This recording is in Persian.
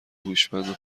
هوشمند